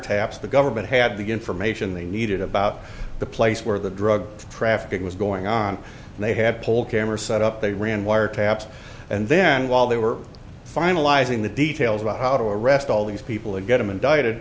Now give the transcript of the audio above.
taps the government had the information they needed about the place where the drug trafficking was going on and they had poll cameras set up they ran wire taps and then while they were finalizing the details about how to arrest all these people and get them indicted